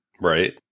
Right